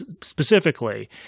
specifically